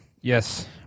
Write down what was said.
Yes